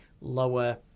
lower